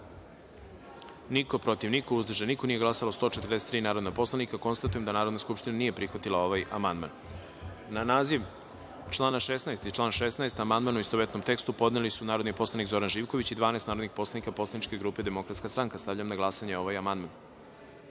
niko, protiv – jedan, uzdržan – jedan, nije glasalo 142 narodna poslanika. Konstatujem da Narodna skupština nije prihvatila ovaj amandman. Na naziv člana 22. i član 22. amandman, u istovetnom tekstu, podneli su narodni poslanik Zoran Živković i 12 narodnih poslanika poslaničke grupe DS.Stavljam na glasanje ovaj